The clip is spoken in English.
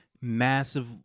massive